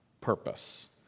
purpose